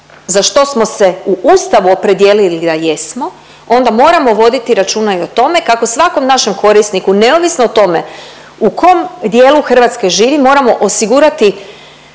za što smo se u Ustavu opredijelili da jesmo onda moramo voditi računa i o tome kako svakom našem korisniku neovisno o tome u kom dijelu Hrvatske živi moramo osigurati